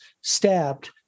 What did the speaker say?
stabbed